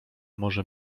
może